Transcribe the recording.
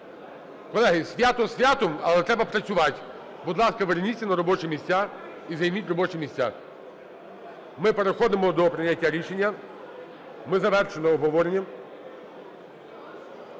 Колеги, свято святом, але треба працювати. Будь ласка, верніться на робочі місця і займіть робочі місця. Ми переходимо до прийняття рішення. Ми завершили обговорення.